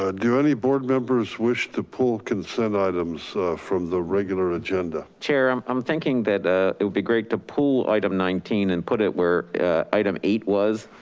ah do any board members wish to pull consent items from the regular agenda? chair, i'm i'm thinking that it would be great to pull item nineteen and put it where item eight was.